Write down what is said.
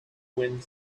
wind